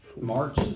March